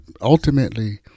ultimately